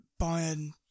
Bayern